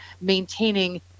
maintaining